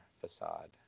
facade